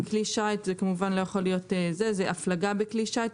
אבל הכוונה היא להפלגה בכלי שיט.